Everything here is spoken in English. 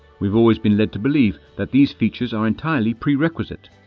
we've always been led to believe that these features are entirely prerequisite,